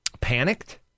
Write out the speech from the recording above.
panicked